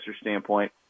standpoint